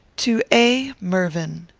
to a. mervyn.